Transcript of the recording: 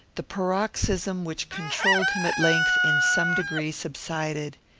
the paroxysm which controlled him at length, in some degree, subsided.